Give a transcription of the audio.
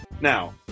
Now